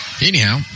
Anyhow